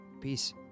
Peace